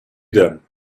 them